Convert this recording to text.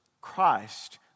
Christ